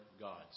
gods